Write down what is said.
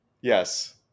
Yes